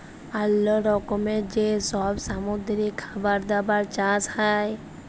অল্লো রকমের যে সব সামুদ্রিক খাবার দাবার চাষ হ্যয়